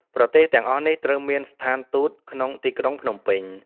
ប្រទេសទាំងអស់នេះត្រូវមានស្ថានទូតក្នុងទីក្រុងភ្នំពេញ។